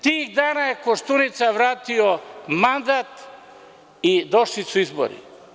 Tih dana je Koštunica vratio mandat i došli su izbori.